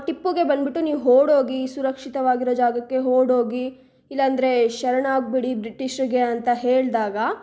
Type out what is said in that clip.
ಟಿಪ್ಪುಗೆ ಬಂದ್ಬಿಟ್ಟು ನೀವು ಓಡೋಗಿ ಸುರಕ್ಷಿತವಾಗಿರುವ ಜಾಗಕ್ಕೆ ಓಡೋಗಿ ಇಲ್ಲಾಂದರೆ ಶರಣಾಗಿ ಬಿಡಿ ಬ್ರಿಟಿಷರಿಗೆ ಅಂತ ಹೇಳಿದಾಗ